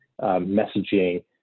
messaging